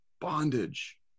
bondage